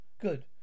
Good